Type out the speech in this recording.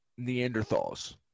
Neanderthals